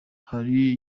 hari